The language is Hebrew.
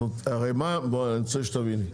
אני רוצה שתביני,